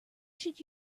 should